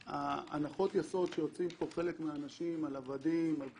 הנחות היסוד שחלק מהאנשים יוצאים מפה על כל